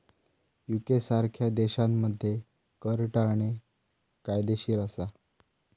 UK सारख्या देशांमध्ये कर टाळणे कायदेशीर असा